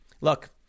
Look